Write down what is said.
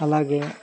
అలాగే